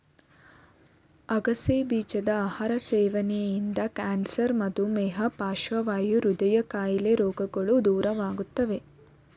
ಅಗಸೆ ಬೀಜದ ಆಹಾರ ಸೇವನೆಯಿಂದ ಕ್ಯಾನ್ಸರ್, ಮಧುಮೇಹ, ಪಾರ್ಶ್ವವಾಯು, ಹೃದಯ ಕಾಯಿಲೆ ರೋಗಗಳು ದೂರವಾಗುತ್ತವೆ